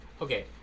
Okay